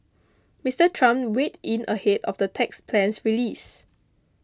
Mr Trump weed in ahead of the tax plan's release